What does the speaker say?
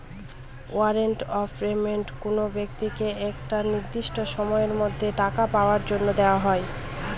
warrant of payment কোনো ব্যক্তিকে একটা নির্দিষ্ট সময়ের মধ্যে টাকা পাওয়ার জন্য দেওয়া হয়